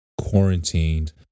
quarantined